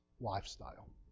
lifestyle